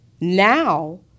now